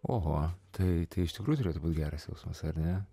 oho tai tai iš tikrųjų turėtų būt geras jausmas ar ne